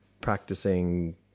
practicing